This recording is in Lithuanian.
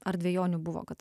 ar dvejonių buvo kad